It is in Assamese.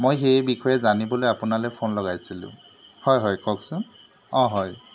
মই সেই বিষয়ে জানিবলৈ আপোনালৈ ফোন লগাইছিলোঁ হয় হয় কওকচোন অঁ হয়